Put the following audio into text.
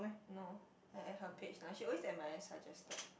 no I at her page ah she always at my suggested